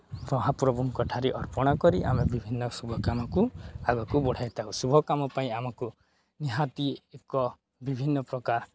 ମହାପ୍ରଭୁଙ୍କଠାରେ ଅର୍ପଣ କରି ଆମେ ବିଭିନ୍ନ ଶୁଭ କାମକୁ ଆଗକୁ ବଢ଼ାଇଥାଉ ଶୁଭ କାମ ପାଇଁ ଆମକୁ ନିହାତି ଏକ ବିଭିନ୍ନପ୍ରକାର